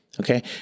Okay